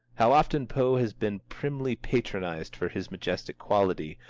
how often poe has been primly patronized for his majestic quality,